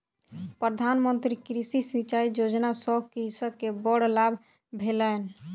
प्रधान मंत्री कृषि सिचाई योजना सॅ कृषक के बड़ लाभ भेलैन